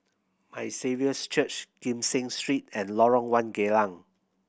My Saviour's Church Kee Seng Street and Lorong One Geylang